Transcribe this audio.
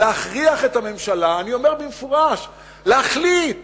להכריח את הממשלה, אני אומר במפורש, להחליט